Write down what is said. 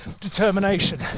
determination